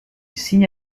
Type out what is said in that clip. signe